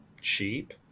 cheap